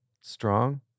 strong